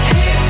Hey